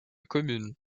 commune